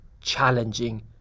challenging